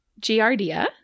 Giardia